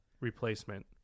replacement